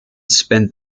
spent